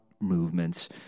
movements